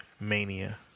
Mania